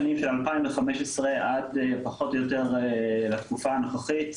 מהשנים 2015 עד פחות או יותר התקופה הנוכחית,